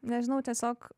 nežinau tiesiog